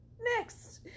next